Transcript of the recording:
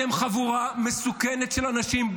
אני לא הייתי מצביעה לחוק הזה,